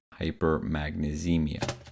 hypermagnesemia